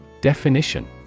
Definition